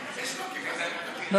לא.